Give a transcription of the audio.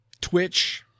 Twitch